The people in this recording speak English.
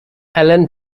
allen